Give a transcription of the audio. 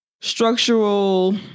structural